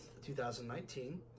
2019